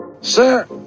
Sir